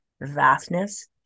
vastness